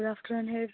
good afternoon ಹೇಳಿರಿ